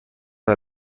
del